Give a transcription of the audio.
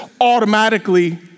automatically